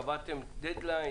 האם קבעתם דד-ליין?